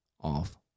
off